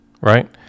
right